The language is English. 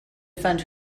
fund